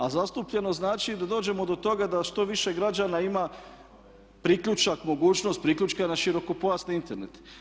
A zastupljenost znači da dođemo do toga da što više građana ima priključak, mogućnost priključka na širokopojasni Internet.